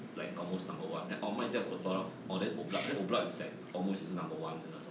like almost number one th~ oh 卖掉 courtois lor oh then oblak then oblak is like almost 也是 number one